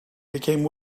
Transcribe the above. became